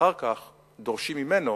ואחר כך דורשים ממנו